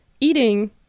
eating